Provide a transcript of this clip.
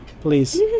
please